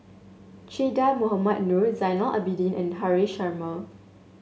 Che Dah Mohamed Noor Zainal Abidin and Haresh Sharma